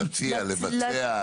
לבצע?